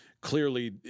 clearly